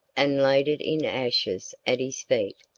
and laid it in ashes at his feet.